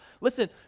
listen